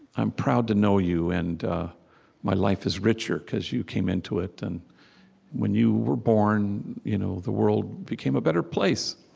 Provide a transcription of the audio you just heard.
i'm proud to know you, and my life is richer because you came into it. and when you were born, you know the world became a better place.